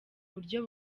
buryo